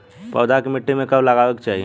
पौधा के मिट्टी में कब लगावे के चाहि?